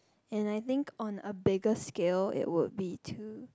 and I think on a biggest skill it would be to